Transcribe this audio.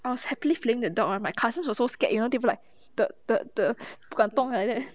I was happily feeding the dog ah my cousins were so scared you know they were like the the the gluten like that